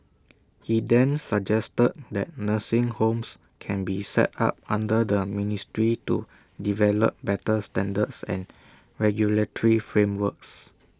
he then suggested that nursing homes can be set up under the ministry to develop better standards and regulatory frameworks